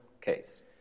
case